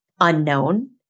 unknown